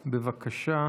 בבקשה.